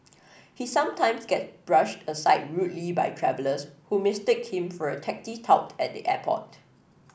he sometimes get brushed aside rudely by travellers who mistake him for a taxi tout at the airport